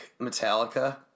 Metallica